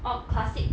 orh classic